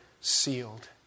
sealed